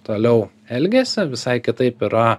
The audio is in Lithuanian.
toliau elgiasi visai kitaip yra